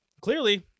clearly